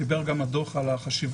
דיבר גם הדוח על החשיבות